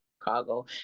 Chicago